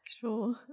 Sure